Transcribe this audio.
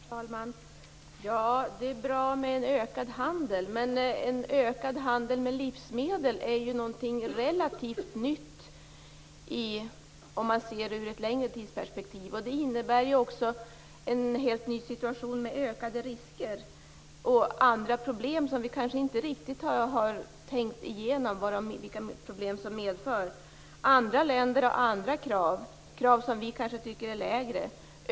Fru talman! Det är bra med ökad handel, men en ökad handel med livsmedel är i ett längre tidsperspektiv någonting relativt nytt. Det innebär bl.a. en helt ny situation, med ökade risker och problem som vi kanske inte riktigt har tänkt igenom. Andra länder ställer andra krav, krav som vi kanske tycker är lägre.